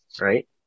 right